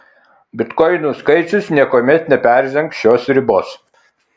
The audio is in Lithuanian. bitkoinų skaičius niekuomet neperžengs šios ribos